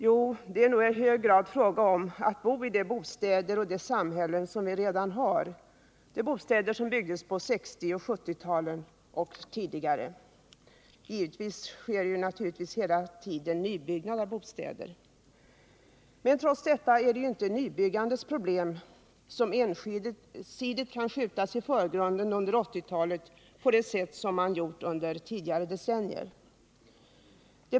Jo, det är i hög grad fråga om att bo i de bostäder och i det samhälle som vi redan har. Det är alltså de bostäder som byggdes på 1960 och 1970-talen samt tidigare. Givetvis sker det hela tiden en nybyggnad av bostäder. Men det är inte nybyggandets problem som ensidigt kan skjutas i förgrunden under 1980-talet på det sätt som man har gjort under tidigare decennier.